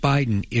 Biden